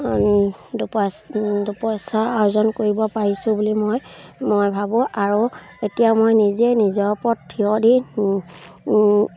দুপা দুপইচা অৰ্জন কৰিব পাৰিছোঁ বুলি মই মই ভাবোঁ আৰু এতিয়া মই নিজে নিজৰ ওপৰত থিয় দি